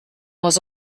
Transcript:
was